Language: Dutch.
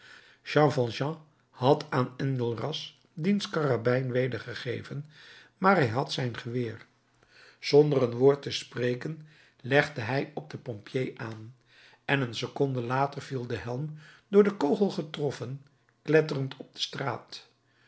jean valjean had aan enjolras diens karabijn wedergegeven maar hij had zijn geweer zonder een woord te spreken legde hij op den pompier aan en een seconde later viel de helm door een kogel getroffen kletterend op de straat